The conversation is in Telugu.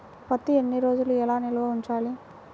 పత్తి ఎన్ని రోజులు ఎలా నిల్వ ఉంచాలి?